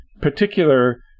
particular